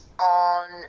on